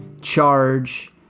charge